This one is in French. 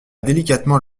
délicatement